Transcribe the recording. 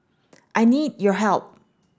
I need your help